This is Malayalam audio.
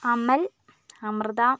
അമൽ അമൃത